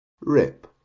rip